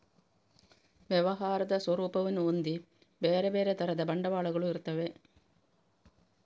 ವ್ಯವಹಾರದ ಸ್ವರೂಪವನ್ನ ಹೊಂದಿ ಬೇರೆ ಬೇರೆ ತರದ ಬಂಡವಾಳಗಳು ಇರ್ತವೆ